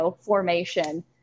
formation